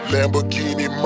Lamborghini